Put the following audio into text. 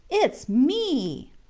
it's me!